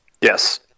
Yes